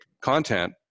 content